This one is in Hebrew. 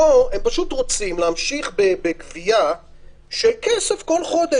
פה הם פשוט רוצים להמשיך בגבייה של כסף בכל חודש,